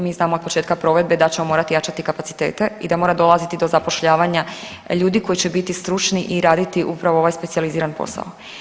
Mi znamo od početka provedbe da ćemo morati jačati kapacitete i da mora dolaziti do zapošljavanja ljudi koji će biti stručni i raditi upravo ovaj specijalizirani posao.